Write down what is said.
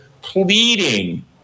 pleading